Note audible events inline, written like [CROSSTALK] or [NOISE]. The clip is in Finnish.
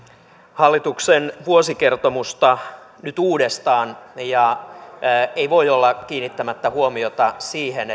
hallituksen vuosikertomusta nyt uudestaan ja ei voi olla kiinnittämättä huomiota siihen [UNINTELLIGIBLE]